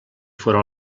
fóra